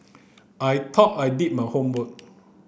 I thought I did my homework